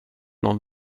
någon